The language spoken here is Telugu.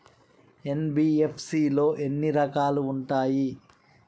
ఎన్.బి.ఎఫ్.సి లో ఎన్ని రకాలు ఉంటాయి?